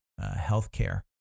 Healthcare